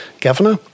governor